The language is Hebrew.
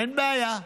אין בעיה,